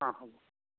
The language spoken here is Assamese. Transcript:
অ হ'ব